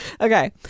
Okay